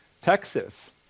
Texas